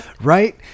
right